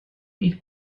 bydd